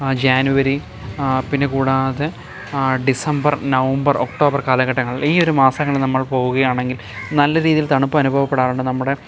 ജാനുവരി പിന്നെ കൂടാതെ December November October കാലഘട്ടങ്ങളിൽ ഈ ഒരു മാസങ്ങളിൽ നമ്മൾ പോവുകയാണെങ്കിൽ നല്ല രീതിയിൽ തണുപ്പ് അനുഭവപ്പെടാറുണ്ട് നമ്മുടെ